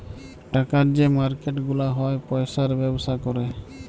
টাকার যে মার্কেট গুলা হ্যয় পয়সার ব্যবসা ক্যরে